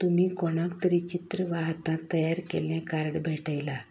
तुमी कोणाक तरी चित्र वा हातांत तयार केल्ले कार्ड भेयटलां